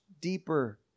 deeper